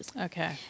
Okay